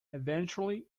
eventually